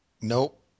Nope